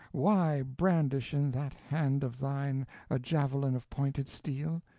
why brandish in that hand of thine a javelin of pointed steel?